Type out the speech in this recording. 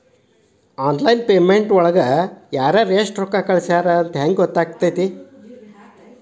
Online payment ಒಳಗಡೆ ಯಾರ್ಯಾರು ಎಷ್ಟು ರೊಕ್ಕ ಕಳಿಸ್ಯಾರ ಅಂತ ಹೆಂಗ್ ಗೊತ್ತಾಗುತ್ತೆ?